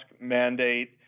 mandate